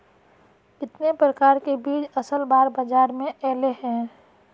कितने प्रकार के बीज असल बार बाजार में ऐले है?